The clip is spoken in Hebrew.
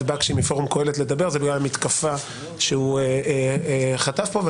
בקשי מפורום קהלת יהיה ראשון הדוברים היא בגלל המתקפה שהוא חטף פה,